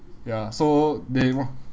ya so they want